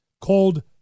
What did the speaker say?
called